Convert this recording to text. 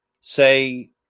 say